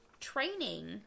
training